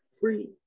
free